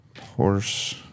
horse